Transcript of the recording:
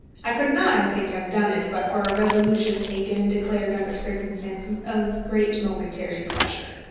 i could not, i think, have done it, but for a resolution taken and declared under circumstances of great momentary pressure.